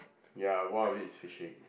ya one of its fishing